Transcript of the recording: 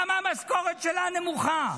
למה המשכורת שלה נמוכה?